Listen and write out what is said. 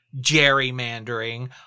gerrymandering